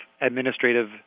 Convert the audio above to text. administrative